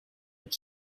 but